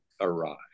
arrive